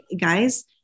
guys